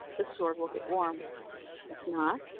this sword will get warm if not,